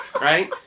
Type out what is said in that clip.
right